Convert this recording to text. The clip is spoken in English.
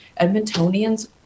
Edmontonians